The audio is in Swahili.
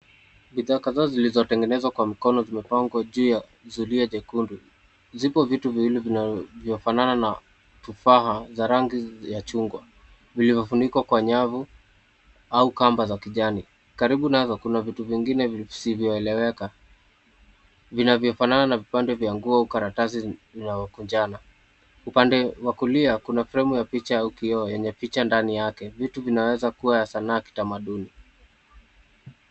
Bidhaa kadhaa zilizotengenezwa kwa mkono zimepangwa juu ya zulia jekundu. Zipo vitu viwili vinavyofanana na tufaha za rangi ya chungwa vilivyofunikwa kwa nyavu au kamba za kijani. Karibu nazo kuna vitu vingine visivyoeleweka vinavyofanana na vipande vya nguo, karatasi na kujana. Upande wa kulia kuna frame ya picha ya ukioo yenye picha ndani yake. Vitu vinaweza kuwa ya sanaa ya kitamaduni.